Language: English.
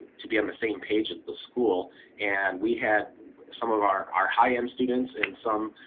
to be on the same page as the school and we had some of our, our high end students and some